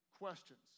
questions